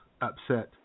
upset